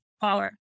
power